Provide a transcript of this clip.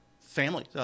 family